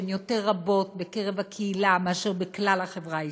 שהן רבות בקרב הקהילה יותר מאשר בכלל החברה הישראלית,